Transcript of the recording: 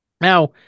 now